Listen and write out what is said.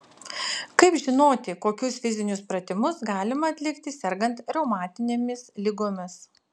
kaip žinoti kokius fizinius pratimus galima atlikti sergant reumatinėmis ligomis